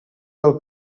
del